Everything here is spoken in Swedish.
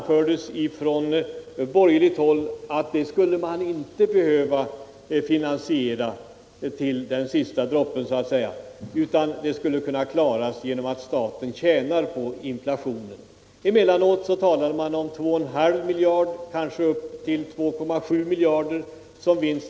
Från borgerligt håll framhölls att denna summa inte skulle behöva finansieras till sista kronan, eftersom ”staten tjänar på inflationen”. Emellanåt talades det om att vinsten var 2,5 miljarder kronor., kanske upp till 2,7 miljarder.